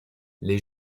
les